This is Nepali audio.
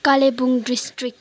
कालेबुङ डिस्ट्रिक्ट